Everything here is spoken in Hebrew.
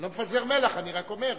אני לא מפזר מלח, אני רק אומר: